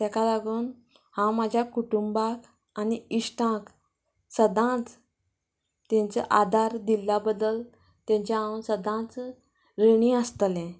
तेका लागून हांव म्हाज्या कुटूंबाक आनी इश्टांक सदांच तेंचो आदार दिल्ल्या बद्दल तेंचें हांव सदांच रिणी आसतलें